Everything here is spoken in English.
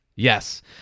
Yes